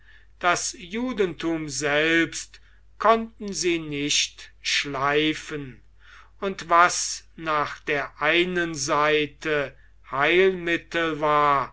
das judentum selbst konnten sie nicht schleifen und was nach der einen seite heilmittel war